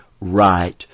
right